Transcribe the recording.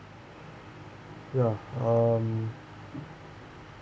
ya um